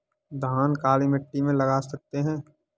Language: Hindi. धान काली मिट्टी में लगा सकते हैं?